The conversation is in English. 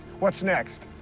what's next?